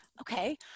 Okay